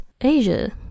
Asia